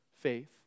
faith